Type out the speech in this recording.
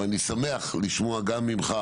אבל אני שמח לשמוע גם ממך